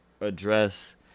address